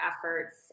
efforts